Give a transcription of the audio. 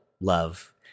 love